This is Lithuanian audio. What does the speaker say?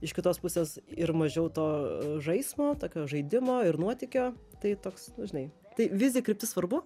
iš kitos pusės ir mažiau to žaismo tokio žaidimo ir nuotykio tai toks nu žinai tai visgi kryptis svarbu